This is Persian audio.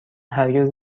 هرگز